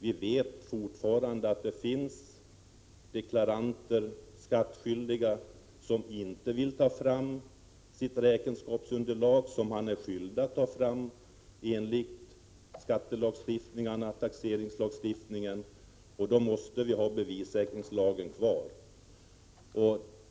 Vi vet att det fortfarande finns deklaranter och skattskyldiga som inte vill ta fram sitt räkenskapsunderlag, som man enligt taxeringslagstiftningen är skyldig att ta fram, och då måste vi ha kvar bevissäkringslagen.